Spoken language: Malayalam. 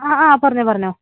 അ ആ പറഞ്ഞുകൊള്ളൂ പറഞ്ഞുകൊള്ളൂ